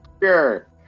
Sure